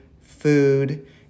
food